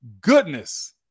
Goodness